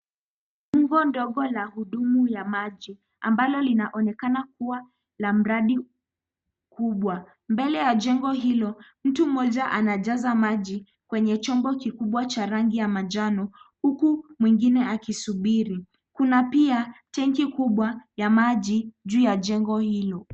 Jengo ndogo la hudumu ya maji, ambalo linaonekana kuwa la mradi kubwa. Mbele ya jengo hilo mtu mmoja anajaza maji kwenye chombo kikubwa cha rangi ya manjano, huku mwingine akisubiri. Kuna pia tenki kubwa ya maji juu ya jengo hiyo.